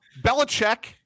Belichick